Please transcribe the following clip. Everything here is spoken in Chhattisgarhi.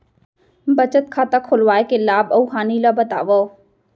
बचत खाता खोलवाय के लाभ अऊ हानि ला बतावव?